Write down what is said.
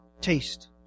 taste